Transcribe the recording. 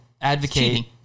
advocate